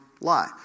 lie